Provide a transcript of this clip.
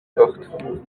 porte